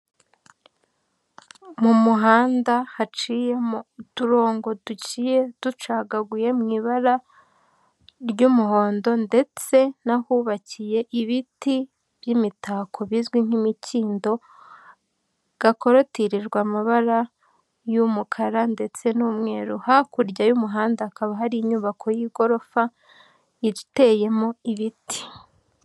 Mu muhanda haciyemo uturongo duciye ducagaguye mu ibara ry'umuhondo ndetse n'ahubakiye ibiti by'imitako bizwi nk'imikindo, gakolotirijwe amabara y'umukara ndetse n'umweru, hakurya y'umuhanda hakaba hari inyubako y'igorofa iteyemo ibiti.